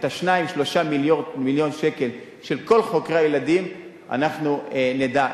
את ה-2 3 מיליון שקל של כל חוקרי הילדים אנחנו נדע,